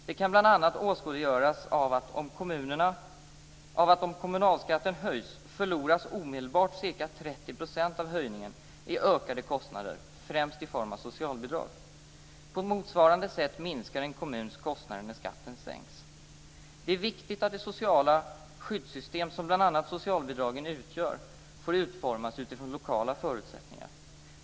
Detta kan bl.a. åskådliggöras av att om kommunalskatten höjs, förloras omedelbart ca 30 % av höjningen i ökade kostnader, främst i form av socialbidrag. På motsvarande sätt minskar en kommuns kostnader när skatten sänks. Det är viktigt att det sociala skyddssystem som bl.a. socialbidragen utgör får utformas utifrån lokala förutsättningar.